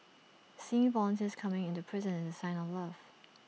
seeing volunteers coming into prison is A sign of love